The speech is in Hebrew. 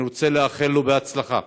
אני רוצה לאחל לו בהצלחה,